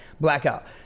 Blackout